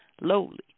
lowly